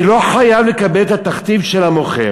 אני לא חייב לקבל את התכתיב של המוכר,